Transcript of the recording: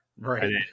Right